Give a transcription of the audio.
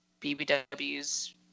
BBWs